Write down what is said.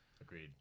Agreed